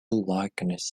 likeness